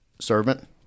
servant